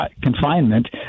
confinement